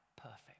perfect